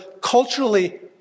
culturally